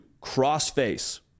cross-face